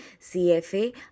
CFA